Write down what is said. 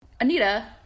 Anita